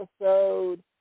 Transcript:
episode